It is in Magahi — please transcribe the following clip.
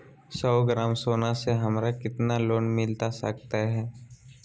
सौ ग्राम सोना से हमरा कितना के लोन मिलता सकतैय?